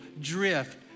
drift